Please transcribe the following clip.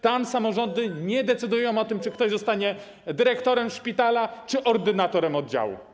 Tam samorządy nie decydują o tym, czy ktoś zostanie dyrektorem szpitala, czy ordynatorem oddziału.